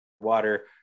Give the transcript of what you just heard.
water